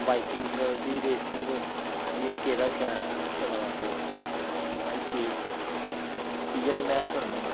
biking दी racing की इसलै केह्ड़ा चला दा तगड़ा की एह् इयै नेहीं में सुनना होना